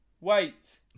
Wait